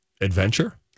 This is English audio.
adventure